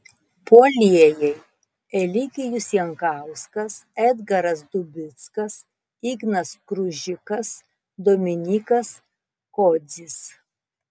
puolėjai eligijus jankauskas edgaras dubickas ignas kružikas dominykas kodzis